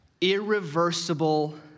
Irreversible